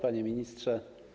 Panie Ministrze!